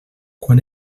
quan